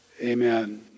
amen